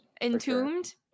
entombed